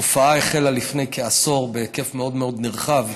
התופעה החלה לפני כעשור, בהיקף מאוד מאוד נרחב,